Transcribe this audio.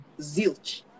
Zilch